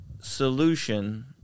solution